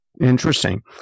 Interesting